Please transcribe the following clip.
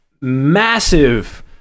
massive